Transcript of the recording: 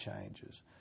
changes